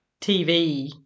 TV